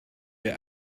wir